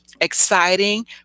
exciting